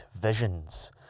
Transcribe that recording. visions